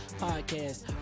podcast